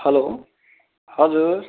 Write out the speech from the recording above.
हलो हजुर